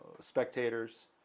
spectators